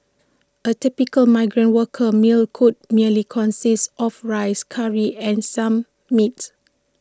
A typical migrant worker meal could merely consist of rice Curry and some meat